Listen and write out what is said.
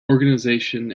organization